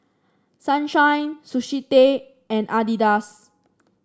Sunshine Sushi Tei and Adidas